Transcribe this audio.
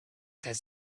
does